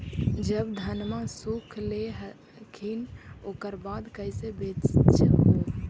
जब धनमा सुख ले हखिन उकर बाद कैसे बेच हो?